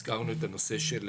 הזכרנו את הנושא של